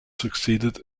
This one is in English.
succeeded